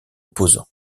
opposants